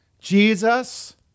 Jesus